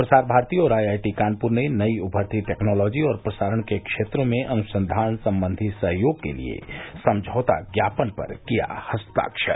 प्रसार भारती और आईआईटी कानपुर ने नई उभरती टेक्नोलॉजी और प्रसारण के क्षेत्रों में अनुसंधान संबंधी सहयोग के लिये समझौता ज्ञापन पर किया हस्ताक्षर